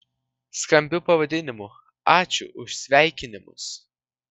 skambiu pavadinimu ačiū už sveikinimus